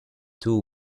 two